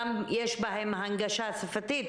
יש בהם גם הנגשה שפתית,